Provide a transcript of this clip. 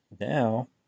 Now